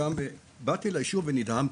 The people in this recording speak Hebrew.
באתי ליישוב ונדהמתי.